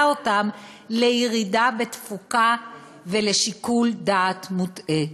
אותם לירידה בתפוקה ולשיקול דעת מוטעה.